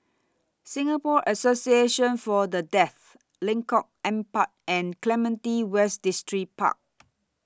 Singapore Association For The Deaf Lengkok Empat and Clementi West Distripark